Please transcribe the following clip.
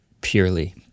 purely